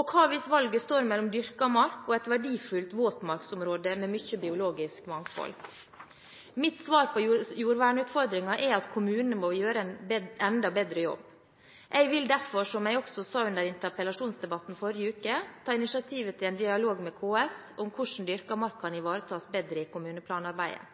Og hva hvis valget står mellom dyrket mark og et verdifullt våtmarksområde med mye biologisk mangfold? Mitt svar på jordvernutfordringen er at kommunene må gjøre en enda bedre jobb. Jeg vil derfor, som jeg også sa under interpellasjonsdebatten forrige uke, ta initiativet til en dialog med KS om hvordan dyrket mark kan ivaretas bedre i kommuneplanarbeidet.